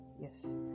yes